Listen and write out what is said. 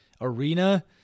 arena